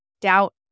Doubt